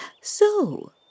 So